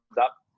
up